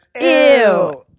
Ew